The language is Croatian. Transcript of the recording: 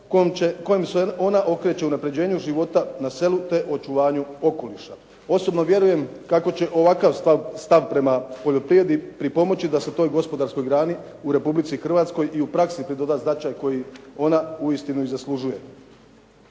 kojom se ona okreće unapređenju života na selu te očuvanju okoliša. Osobno vjerujem kako će ovakav stav prema poljoprivredi pripomoći da se toj gospodarskoj grani u Republici Hrvatskoj i u praksi pridoda značaj koji ona uistinu i zaslužuje.